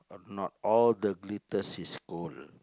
not all that glitters is gold